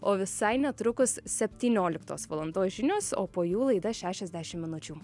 o visai netrukus septynioliktos valandos žinios o po jų laida šešiasdešim minučių